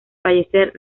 fallecer